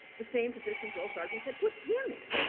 the same position drill sergeants had put him in.